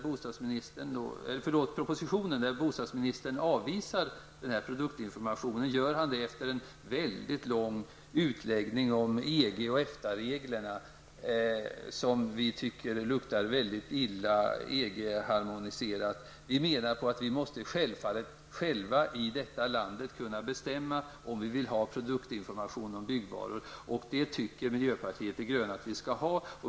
Bostadsministern avvisar denna produktinformation i propositionen. Han gör det efter en lång utläggning om EG och EFTA reglerna, som luktar väldigt illa EG-harmoniserat. Vi menar att vi i detta land självfallet måste kunna bestämma själva om vi vill ha produktinformation om byggvaror. Det tycker miljöpartiet de gröna att vi skall ha.